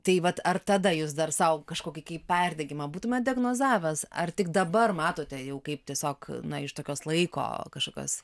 tai vat ar tada jūs dar sau kažkokį kaip perdegimą būtumėt diagnozavęs ar tik dabar matote jau kaip tiesiog na iš tokios laiko kažkokios